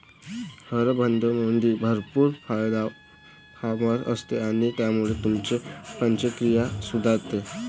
हरभऱ्यामध्ये भरपूर फायबर असते आणि त्यामुळे तुमची पचनक्रिया सुधारते